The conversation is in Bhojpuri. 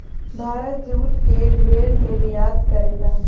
भारत जूट के ढेर निर्यात करेला